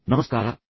ನಮಸ್ಕಾರ